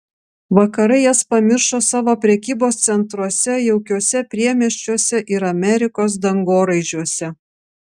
vakarai jas pamiršo savo prekybos centruose jaukiuose priemiesčiuose ir amerikos dangoraižiuose